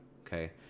okay